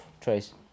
Trace